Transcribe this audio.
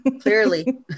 Clearly